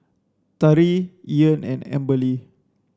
Tari Ean and Amberly